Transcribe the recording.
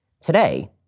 Today